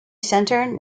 centre